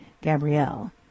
Gabrielle